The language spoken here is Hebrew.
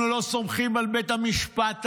אנחנו לא סומכים על בית המשפט העליון.